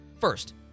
First